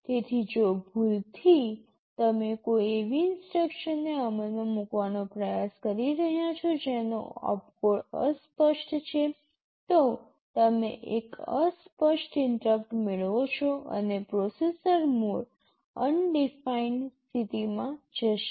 તેથી જો ભૂલથી તમે કોઈ એવી ઇન્સટ્રક્શનને અમલમાં મૂકવાનો પ્રયાસ કરી રહ્યાં છો જેનો ઑપકોડ અસ્પષ્ટ છે તો તમે એક અસ્પષ્ટ ઇન્ટરપ્ટ મેળવો છો અને પ્રોસેસર મોડ અનડિફાઇન્ડ સ્થિતિમાં જશે